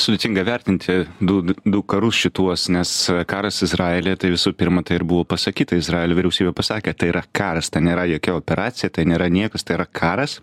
sudėtinga vertinti du du karus šituos nes karas izraelyje tai visų pirma tai ir buvo pasakyta izraelio vyriausybė pasakė tai yra karas ten nėra jokia operacija tai nėra niekas tai yra karas